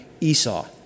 Esau